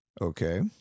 Okay